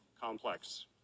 complex